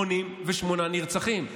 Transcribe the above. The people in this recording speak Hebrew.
88 נרצחים.